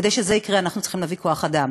וכדי שזה יקרה אנחנו צריכים להביא כוח-אדם.